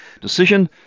decision